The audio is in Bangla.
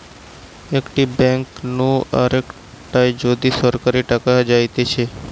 একটি ব্যাঙ্ক নু আরেকটায় যদি সরাসরি টাকা যাইতেছে